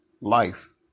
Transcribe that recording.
Life